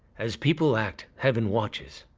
as people act, heaven watches,